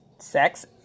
Sex